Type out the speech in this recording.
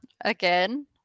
again